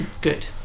Good